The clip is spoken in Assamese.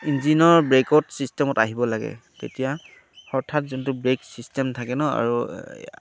ইঞ্জিনৰ ব্ৰেকত চিষ্টেমত আহিব লাগে তেতিয়া হঠাৎ যোনটো ব্ৰেক চিষ্টেম থাকে ন আৰু